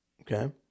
okay